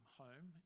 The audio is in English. home